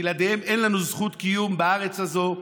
בלעדיהם אין לנו זכות קיום בארץ הזאת,